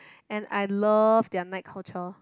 and I love their night culture